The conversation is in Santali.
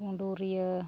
ᱜᱩᱰᱩᱨᱤᱭᱟᱹ